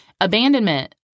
Abandonment